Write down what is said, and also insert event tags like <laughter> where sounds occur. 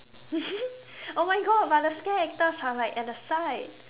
<laughs> oh my god but the scare actors are like at the side